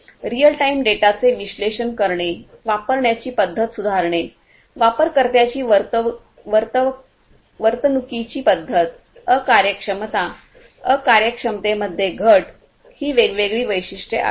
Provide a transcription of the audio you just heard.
real time डेटाचे विश्लेषण करणे वापरण्याची पद्धत सुधारणे वापरकर्त्यांची वर्तणुकीची पद्धत अकार्यक्षमता अकार्यक्षमतेमध्ये घट ही वेगवेगळी वैशिष्ट्ये आहेत